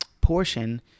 portion